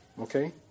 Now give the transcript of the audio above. okay